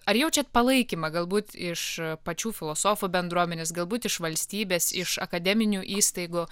ar jaučiat palaikymą galbūt iš pačių filosofų bendruomenės galbūt iš valstybės iš akademinių įstaigų